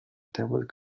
tablet